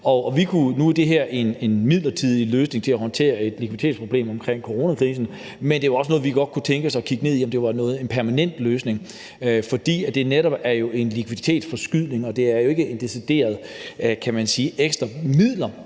Nu er det her en midlertidig løsning til at håndtere et likviditetsproblem i forbindelse med coronakrisen, men det er jo også noget, vi godt kunne tænke os at kigge ned i for at se, om det kunne være en permanent løsning, fordi det netop er en likviditetsforskydning og ikke decideret er,